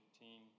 team